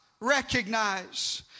recognize